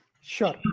Sure